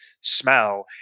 Smell